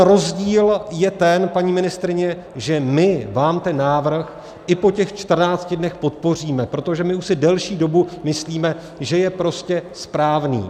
Rozdíl je ten, paní ministryně, že my vám ten návrh i po těch čtrnácti dnech podpoříme, protože my už si delší dobu myslíme, že je prostě správný.